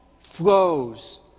flows